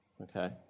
Okay